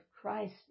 Christ